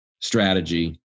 strategy